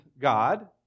God